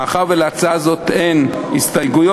מאחר שלהצעה הזאת אין הסתייגויות,